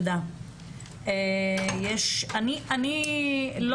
אני לא